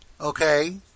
okay